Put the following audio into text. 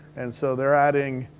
and so they're adding